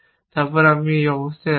তারপর আমি এই অবস্থায় আছি